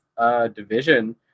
Division